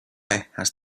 asked